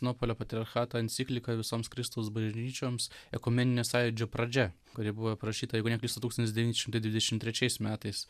nuopuolio patriarchato encikliką visoms kristaus bažnyčioms ekumeninio sąjūdžio pradžia kuri buvo parašyta jeigu neklystu tūkstantis devyni šimtai dvidešim trečiais metais